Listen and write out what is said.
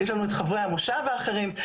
יש לנו את חברי המושב האחרים,